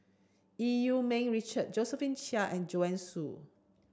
Eu Yee Ming Richard Josephine Chia and Joanne Soo